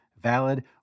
valid